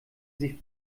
sich